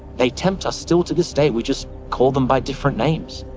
they tempt us still to this day, we just call them by different names.